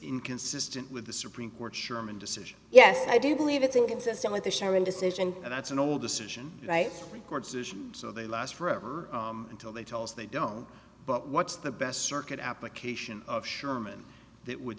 inconsistent with the supreme court's sherman decision yes i do believe it's inconsistent with the sharon decision and that's an old decision rights records issue so they last forever until they tell us they don't but what's the best circuit application of sherman that would